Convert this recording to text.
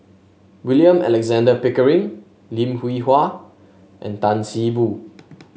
William Alexander Pickering Lim Hwee Hua and Tan See Boo